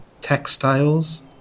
textiles